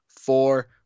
four